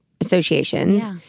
Associations